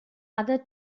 other